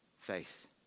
Faith